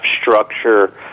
structure